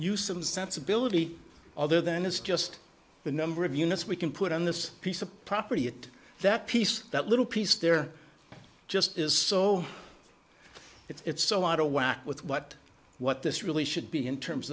you some sense ability other than it's just the number of units we can put on this piece of property it that piece that little piece there just is so it's so out of whack with what what this really should be in terms